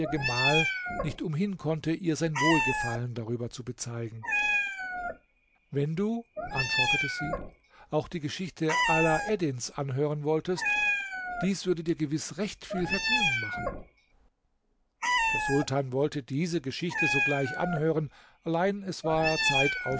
gemahl nicht umhin konnte ihr sein wohlgefallen darüber zu bezeigen wenn du antwortete sie auch die geschichte alaeddins anhören wolltest dies würde dir gewiß recht viel vergnügen machen der sultan wollte diese geschichte sogleich anhören allein es war zeit